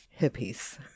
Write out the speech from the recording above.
hippies